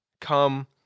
come